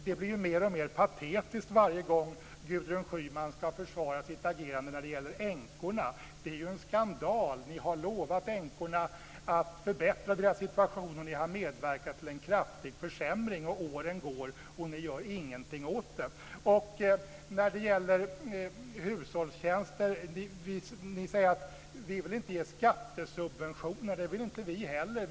Det blir mer och mer patetiskt varje gång Gudrun Schyman ska försvara sitt agerande när det gäller änkorna. Det är ju en skandal! Ni har lovat änkorna att förbättra deras situation, men ni har medverkat till en kraftig försämring. Åren går och ni gör ingenting åt det. När det gäller hushållstjänster säger ni att ni inte vill ge skattesubventioner. Nej, det vill inte vi heller.